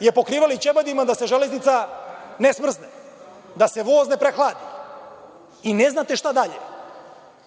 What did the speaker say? je pokrivali ćebadima, da se železnica ne smrzne, da se voz ne prehladi. I ne znate šta dalje.